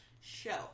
show